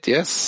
Yes